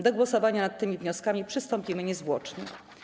Do głosowania nad tymi wnioskami przystąpimy niezwłocznie.